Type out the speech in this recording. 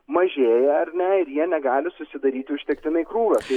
mažėja ar ne ir jie negali susidaryti užtektinai krūvio tai